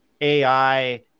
AI